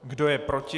Kdo je proti?